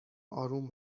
آروم